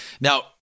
Now